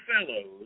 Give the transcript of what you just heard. fellows